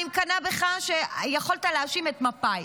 אני מקנאה בך, שיכולת להאשים את מפא"י.